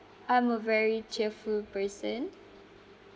I'm a very cheerful person